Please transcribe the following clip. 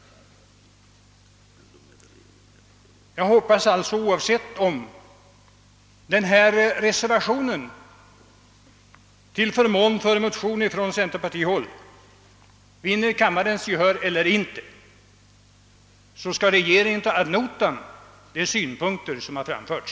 Jag hoppas alltså att regeringen — oavsett om denna reservation till förmån för motioner från centerpartiet vinner kammarens gehör eller inte — skall ta ad notam de synpunkter som har framförts.